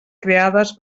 creades